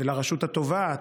ולרשות התובעת,